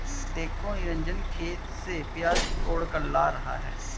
देखो निरंजन खेत से प्याज तोड़कर ला रहा है